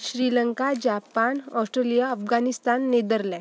Sri Lanka Japan Australia Afghanistan Netherlands